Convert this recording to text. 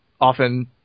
often